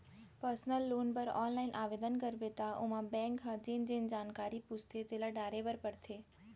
personal जोन बर online आबेदन करबे त ओमा बेंक ह जेन जेन जानकारी पूछथे तेला डारे बर परथे